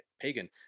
pagan